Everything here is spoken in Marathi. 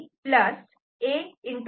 E A